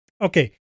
Okay